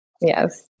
Yes